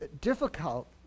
difficult